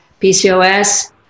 PCOS